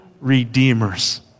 redeemers